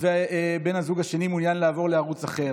ובן הזוג השני מעוניין לעבור לערוץ אחר.